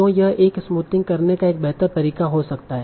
क्यों यह एक स्मूथिंग करने का एक बेहतर तरीका हो सकता है